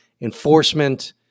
enforcement